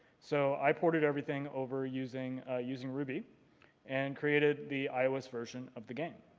so i ported everything over using ah using ruby and created the ios version of the game.